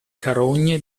carogne